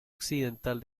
occidental